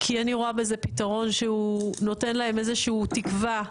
כי אני רואה בזה פתרון שנותן איזשהו תקווה,